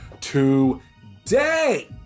today